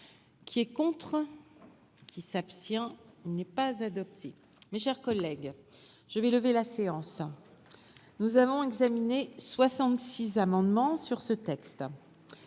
qui est contre qui s'abstient n'est pas adopté, mes chers collègues. Je vais lever la séance, nous avons examiné 66 amendements sur ce texte,